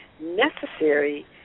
necessary